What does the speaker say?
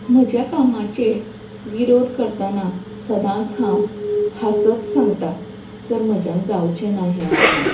म्हज्या कामाचेर विरोध करताना सदांच हांव हांसत सांगता सर म्हज्यान जावचें ना हें आं म्हण